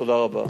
תודה רבה.